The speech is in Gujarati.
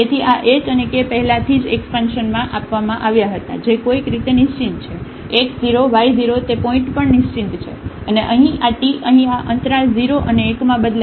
તેથી આ h અને કે પહેલાથી જ એકસપાનષનમાં આપવામાં આવ્યા હતા જે કોઈક રીતે નિશ્ચિત છે x 0 y 0 તે પોઇન્ટ પણ નિશ્ચિત છે અને પછી આ t અહીં આ અંતરાલ 0 અને 1 માં બદલાય છે